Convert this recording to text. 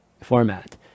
format